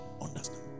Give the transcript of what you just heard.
understand